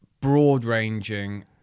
broad-ranging